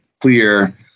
clear